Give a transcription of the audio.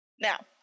Now